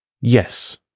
Yes